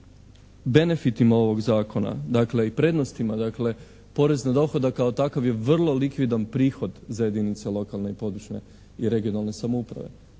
benefitima ovog zakona, dakle i prednostima, dakle porez na dohodak kao takav je vrlo likvidan prihod za jedinice lokalne i područne i regionalne samouprave.